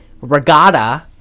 regatta